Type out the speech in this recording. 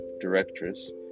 directress